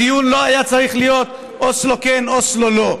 הדיון לא היה צריך להיות: אוסלו כן, אוסלו לא,